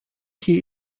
chi